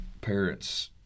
parents